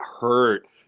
hurt